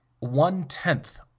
One-tenth